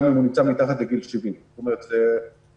גם אם הוא נמצא מתחת לגיל 70. זה מודל